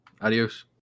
adios